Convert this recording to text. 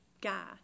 guy